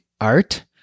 art